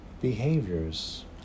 behaviors